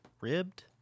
Ribbed